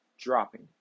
dropping